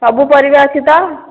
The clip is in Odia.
ସବୁ ପରିବା ଅଛି ତ